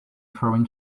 foreign